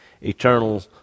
eternal